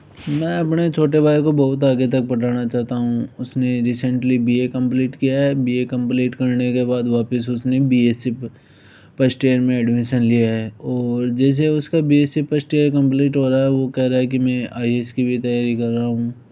मैं अपने छोटे भाई को बहुत आगे तक पढ़ाना चाहता हूँ उसने रिसेंटली बी ए कंप्लीट किया है बी ए कंप्लीट करने के बाद वापस उसने B S C first year में एडमिशन लिया है और जैसे उसका B S C first year complete हो रहा है वह कह रहा है की मैं आई ए एस की भी तैयारी कर रहा हूँ